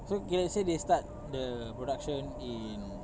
so okay let's say they start the production in